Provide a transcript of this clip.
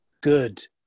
good